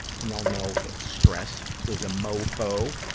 we all know that stress is a mofo.